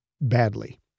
Badly